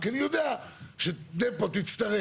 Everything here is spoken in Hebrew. כי אני יודע שדפו תצטרך.